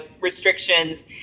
restrictions